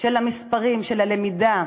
של המספרים, של הלמידה.